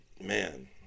Man